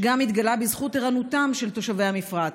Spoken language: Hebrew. שגם הוא התגלה בזכות ערנותם של תושבי המפרץ,